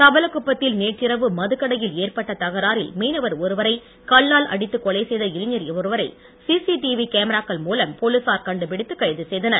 தவளகுப்பத்தில் நேற்றிரவு மதுக் கடையில் ஏற்பட்ட தகராறில் மீனவர் ஒருவரை கல்லால் அடித்து கொலைசெய்த இளைஞர் ஒருவரை சிசிடிவி கேமராக்கள் மூலம் போலீசார் கண்டுபிடித்து கைது செய்தனர்